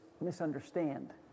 misunderstand